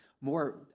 more